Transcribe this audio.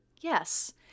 yes